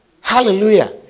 Hallelujah